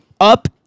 up